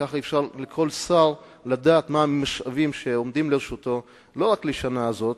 כך כל שר יכול לדעת מהם המשאבים שעומדים לרשותו לא רק לשנה הזאת,